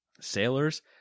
Sailors